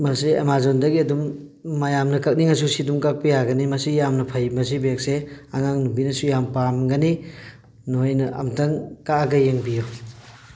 ꯃꯁꯤ ꯑꯃꯥꯖꯣꯟꯗꯒꯤ ꯑꯗꯨꯝ ꯃꯌꯥꯝꯅ ꯀꯛꯅꯤꯡꯉꯁꯨ ꯁꯤ ꯑꯗꯨꯝ ꯀꯛꯄꯥ ꯌꯥꯒꯅꯤ ꯃꯁꯤ ꯌꯥꯝꯅ ꯐꯩ ꯃꯁꯤ ꯕꯦꯛꯁꯦ ꯑꯉꯥꯡ ꯅꯨꯕꯤꯅꯁꯨ ꯌꯥꯝ ꯄꯥꯝꯒꯅꯤ ꯅꯣꯏꯅ ꯑꯝꯇꯪ ꯀꯛꯑꯒ ꯌꯦꯡꯕꯤꯌꯨ